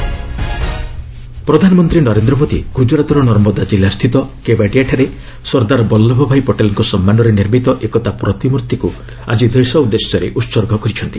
PM statue of unity ପ୍ରଧାନମନ୍ତ୍ରୀ ନରେନ୍ଦ୍ର ମୋଦି ଗୁଜରାତର ନର୍ମଦା କିଲ୍ଲୁସ୍ଥିତ କେବାଡିଆଠାରେ ସର୍ଦ୍ଦାର ବଲ୍ଲଭଭାଇ ପଟେଲ୍ଙ୍କ ସମ୍ମାନରେ ନିର୍ମିତ ଏକତା ପ୍ରତିମୂର୍ତ୍ତିକୁ ଆଜି ଦେଶ ଉଦ୍ଦେଶ୍ୟରେ ଉତ୍ସର୍ଗ କରିଛନ୍ତି